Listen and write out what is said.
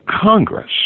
Congress